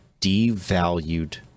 devalued